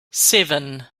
seven